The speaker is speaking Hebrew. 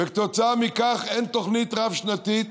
וכתוצאה מכך אין תוכנית רב-שנתית